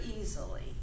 easily